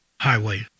Highway